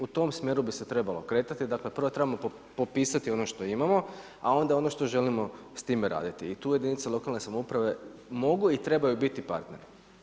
U tom smjeru bi se trebalo kretati, dakle prvo trebamo popisati ono što imamo, a onda ono što želimo s time raditi i tu jedinice lokalne samouprave mogu i trebaju biti partneri.